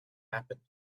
happened